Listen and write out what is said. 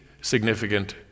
significant